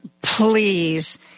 please